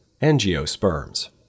angiosperms